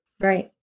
Right